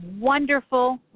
wonderful